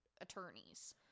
attorneys